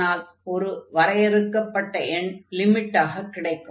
அதனால் ஒரு வரையறுக்கப்பட்ட எண் லிமிட்டாக கிடைக்கும்